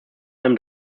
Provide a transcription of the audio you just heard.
allem